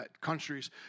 countries